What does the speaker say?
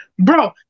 Bro